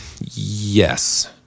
Yes